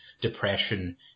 depression